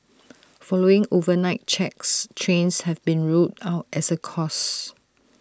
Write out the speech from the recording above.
following overnight checks trains have been ruled out as A cause